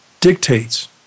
dictates